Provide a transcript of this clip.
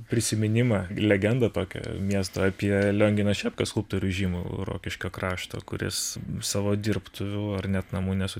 prisiminimą legendą tokią miesto apie lionginą šepką skulptorius žymų rokiškio krašto kuris savo dirbtuvių ar net namų nesu